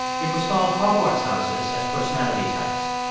it was called hogwarts houses as personality types.